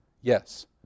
yes